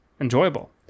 enjoyable